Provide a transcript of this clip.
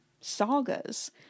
sagas